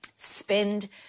Spend